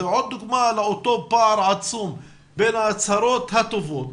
זה עוד דוגמא לאותו פער עצום בין ההצהרות הטובות